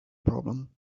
problem